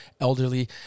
elderly